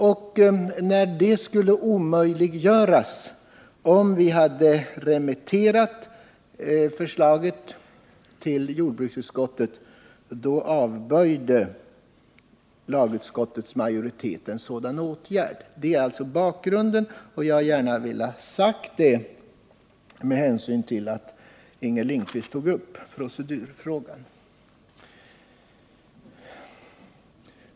Eftersom det skulle omöjliggöras om vi hade remitterat förslaget till jordbruksutskottet, avböjde lagutskottets majoritet en sådan åtgärd. Det är alltså bakgrunden, och jag har velat säga det med hänsyn till att Inger Lindquist tog upp den här procedurfrågan.